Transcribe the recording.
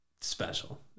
special